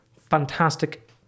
fantastic